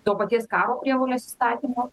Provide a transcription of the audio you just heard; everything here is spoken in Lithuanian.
to paties karo prievolės įstatymo